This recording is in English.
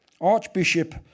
Archbishop